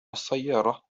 السيارة